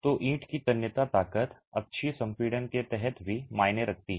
तो ईंट की तन्यता ताकत अक्षीय संपीड़न के तहत भी मायने रखती है